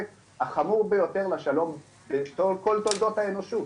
החמור ביותר לשלום בכל תולדות האנושות.